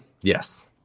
Yes